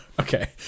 Okay